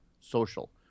Social